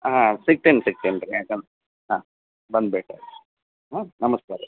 ಹಾಂ ಸಿಗ್ತೀನಿ ಸಿಗ್ತೀನಿ ರೀ ಹಾಂ ಬಂದು ಭೇಟಿ ಆಗಿ ಹ್ಞೂ ನಮಸ್ಕಾರ ರೀ